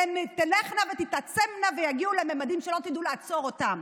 הן תלכנה ותעצמנה ותגענה לממדים שלא תדעו לעצור אותם,